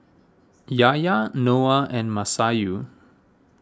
Yahya Noah and Masayu